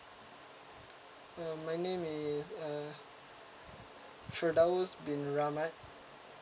uh my name is uh firdaus bin rahmat